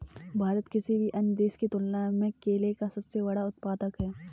भारत किसी भी अन्य देश की तुलना में केले का सबसे बड़ा उत्पादक है